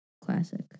Classic